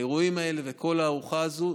האירועים האלה וכל הארוחה הזאת,